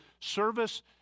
service